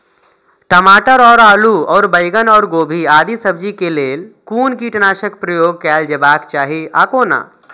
टमाटर और आलू और बैंगन और गोभी आदि सब्जी केय लेल कुन कीटनाशक प्रयोग कैल जेबाक चाहि आ कोना?